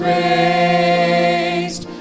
raised